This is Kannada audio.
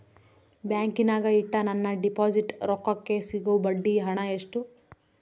ಬ್ಯಾಂಕಿನಾಗ ಇಟ್ಟ ನನ್ನ ಡಿಪಾಸಿಟ್ ರೊಕ್ಕಕ್ಕೆ ಸಿಗೋ ಬಡ್ಡಿ ಹಣ ಎಷ್ಟು?